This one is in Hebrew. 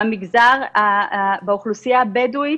באוכלוסייה הבדואית